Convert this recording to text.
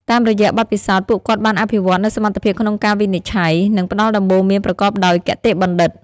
តាមរយៈបទពិសោធន៍ ពួកគាត់បានអភិវឌ្ឍនូវសមត្ថភាពក្នុងការវិនិច្ឆ័យ និងផ្ដល់ដំបូន្មានប្រកបដោយគតិបណ្ឌិត។